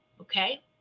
Okay